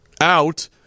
out